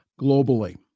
globally